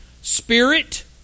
spirit